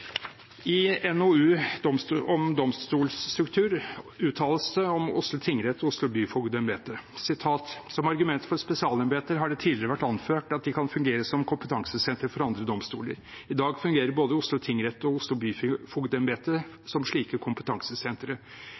om domstolstruktur uttales det om Oslo tingrett og Oslo byfogdembete: «Som argument for spesialembeter har det tidligere vært anført at de kan fungere som kompetansesentre for andre domstoler. I dag fungerer både Oslo byfogdembete og Oslo tingrett som slike kompetansesentre.